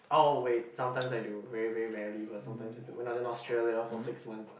oh wait sometimes I do very very rarely but sometimes I do when I was in Australia for six months